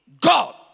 God